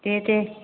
दे दे